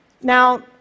Now